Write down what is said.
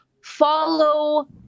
follow